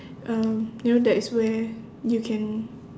um you know that is where you can